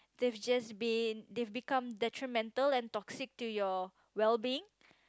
they've just been they've become detrimental and toxic to your well being